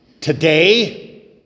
today